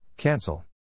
Cancel